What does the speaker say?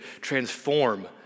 transform